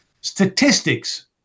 statistics